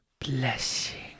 Blessing